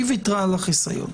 היא ויתרה על החיסיון,